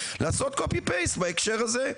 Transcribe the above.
לעשות קופי פייסט בהקשר הזה?